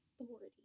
authority